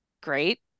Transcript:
Great